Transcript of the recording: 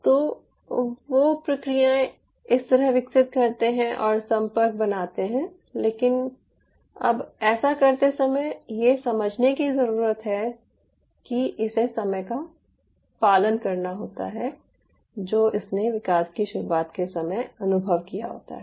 तो वे प्रक्रियाओं इस तरह विकसित करते हैं और संपर्क बनाते हैं लेकिन अब ऐसा करते समय यह समझने की ज़रूरत है कि इसे समय का पालन करना होता है जो इसने विकास की शुरुआत के समय अनुभव किया होता है